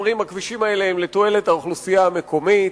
אומרים: הכבישים האלה הם לתועלת האוכלוסייה המקומית,